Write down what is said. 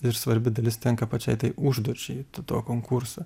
ir svarbi dalis tenka pačiai tai užduočiai t to konkurso